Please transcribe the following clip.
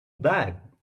bad